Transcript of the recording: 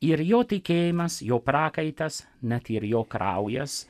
ir jo tikėjimas jo prakaitas net ir jo kraujas